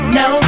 no